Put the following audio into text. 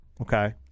okay